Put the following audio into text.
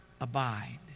Abide